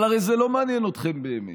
אבל הרי זה לא מעניין אתכם באמת.